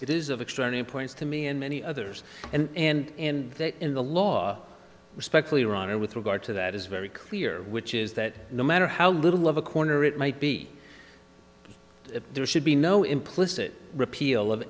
it is of extreme importance to me and many others and and and in the law respectfully rahner with regard to that is very clear which is that no matter how little of a corner it might be there should be no implicit repeal of